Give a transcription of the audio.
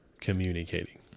communicating